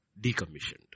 decommissioned